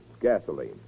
gasoline